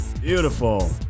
Beautiful